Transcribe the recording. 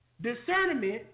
discernment